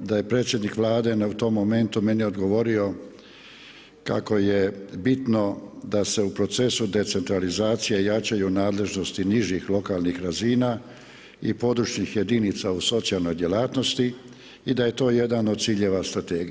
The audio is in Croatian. da je predsjednik Vlade u tom momentu meni odgovorio kako je bitno da se u procesu decentralizacije jačaju nadležnosti nižih lokalnih sredina i područnih jedinica u socijalnoj djelatnosti i da je to jedan od ciljeva strategije.